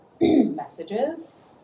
messages